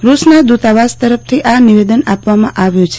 રૂસના દુતાવાસ તરફથી આ નિવેદન આપવામાં આવ્યું છે